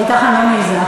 אבל אתך אני לא מעזה.